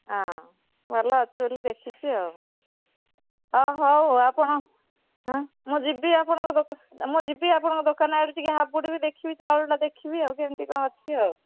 ଭଲ ଅଛି ବୋଲି ଦେଖିଛି ଆଉ ହେଉ ଆପଣ ମୁଁ ଯିବି ଆପଣଙ୍କ ମୁଁ ଯିବି ଆପଣଙ୍କ ଦୋକାନ ଆଡ଼େ ଟିକିଏ ହବୁଡ଼ିବି ଚାଉଳଟା ଦେଖିବି କେମିତି କ'ଣ ଅଛି ଆଉ